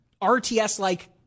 RTS-like